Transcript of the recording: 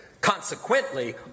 consequently